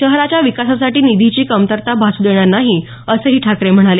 शहराच्या विकासासाठी निधीची कमतरता भासू देणार नाही असंही ठाकरे म्हणाले